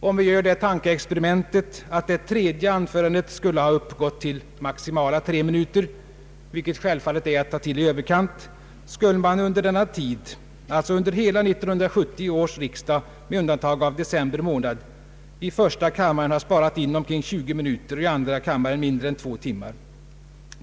Om man gör det tankeexperimentet, att det tredje anförandet skulle ha uppgått till maximala tre minuter, vilket självfallet är att ta till i överkant, skulle man under denna tid — alltså under hela 1970 års riksdag med undantag av december månad — i första kammaren ha sparat in omkring 20 minuter och i andra kam maren mindre än två timmar.